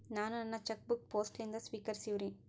ನಾನು ನನ್ನ cheque book post ಲಿಂದ ಸ್ವೀಕರಿಸಿವ್ರಿ